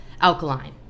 alkaline